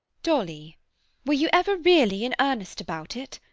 dolly were you ever really in earnest about it?